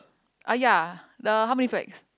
uh ya the how many flags